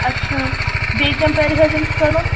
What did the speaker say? اچھا بیٚیہِ کیٚنٛہہ پَرِہیز أمِس کَرُن